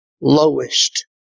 lowest